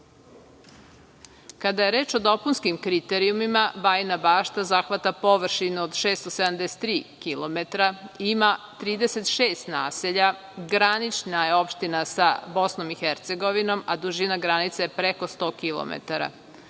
je reč o dopunskim kriterijumima, Bajina Bašta zahvata površinu od 673 kilometra, ima 36 naselja, granična je opština sa Bosnom i Hercegovinom, a dužina granice je preko 100